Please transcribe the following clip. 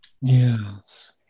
yes